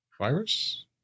virus